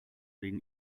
wegen